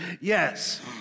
Yes